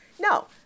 No